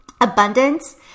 abundance